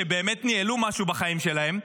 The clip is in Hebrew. שבאמת ניהלו משהו בחיים שלהם,